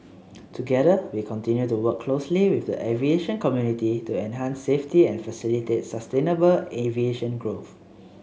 together we continue to work closely with the aviation community to enhance safety and facilitate sustainable aviation growth